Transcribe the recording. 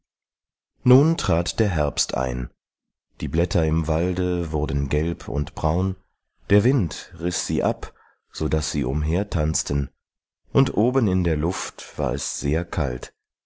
nun trat der herbst ein die blätter im walde wurden gelb und braun der wind riß sie ab sodaß sie umhertanzten und oben in der luft war es sehr kalt